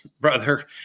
brother